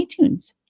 itunes